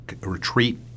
retreat